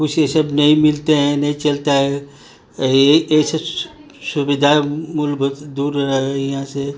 कुछ ये सब नहीं मिलते हैं नहीं चलता है यही ऐसे सुविधा मूलभूत दूर है यहाँ से